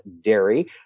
dairy